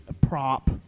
prop